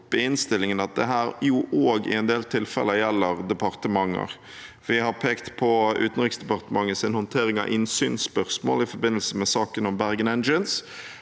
opp i innstillingen at det i en del tilfeller også gjelder departementer. Vi har pekt på Utenriksdepartementets håndtering av innsynsspørsmål i forbindelse med saken om Bergen Engines.